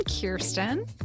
Kirsten